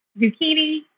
zucchini